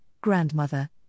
grandmother